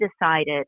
decided